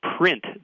print